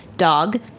dog